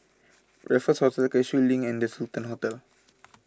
Raffles Hospital Cashew Link and the Sultan Hotel